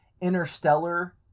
Interstellar